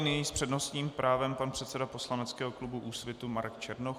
Nyní s přednostním právem pan předseda poslaneckého klubu Úsvit Marek Černoch.